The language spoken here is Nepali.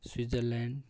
स्विजरल्यान्ड